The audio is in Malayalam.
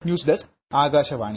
news desk Akashvani